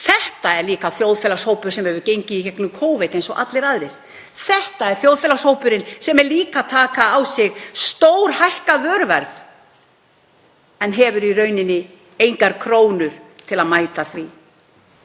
Þetta er þjóðfélagshópur sem hefur gengið í gegnum Covid eins og allir aðrir, þetta er þjóðfélagshópur sem er líka að taka á sig stórhækkað vöruverð en á í rauninni engar krónur til að mæta því.